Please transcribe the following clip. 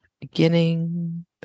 beginning